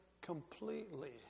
completely